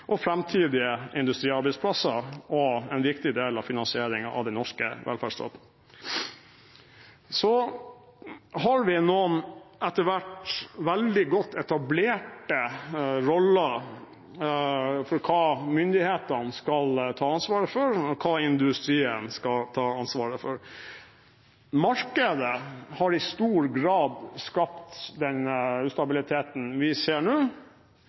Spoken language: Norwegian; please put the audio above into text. og framtidige industriarbeidsplasser og en viktig del av finansieringen av den norske velferdsstaten. Så har vi noen etter hvert veldig godt etablerte roller for hva myndighetene skal ta ansvaret for og hva industrien skal ta ansvaret for. Markedet har i stor grad skapt den ustabiliteten vi ser